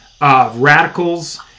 radicals